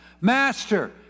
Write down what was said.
Master